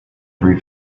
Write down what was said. three